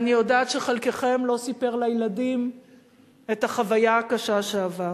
ואני יודעת שחלקכם לא סיפר לילדים את החוויה הקשה שעבר.